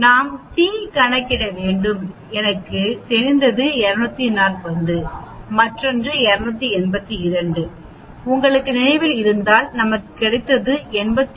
நாம் t கணக்கிட வேண்டும் எனக்கு தெரிந்தத 240 மற்றொன்று 282 உங்களுக்கு நினைவில் இருந்தால் நமக்கு கிடைத்தது 89